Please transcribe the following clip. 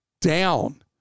down